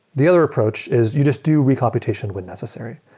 the other approach is you just do re-computation when necessary,